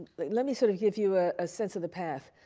like let me sort of give you a ah sense of the path,